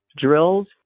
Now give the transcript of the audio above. drills